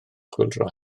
chwyldro